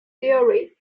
theory